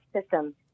system